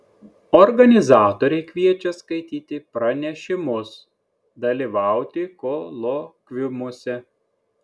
organizatoriai kviečia skaityti pranešimus dalyvauti kolokviumuose